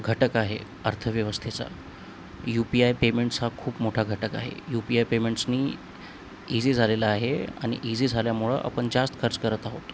घटक आहे अर्थव्यवस्थेचा यू पी आय पेमेंट्स हा खूप मोठा घटक आहे यू पी आय पेमेंट्सनी इझी झालेला आहे आणि इझी झाल्यामुळं आपण जास्त खर्च करत आहोत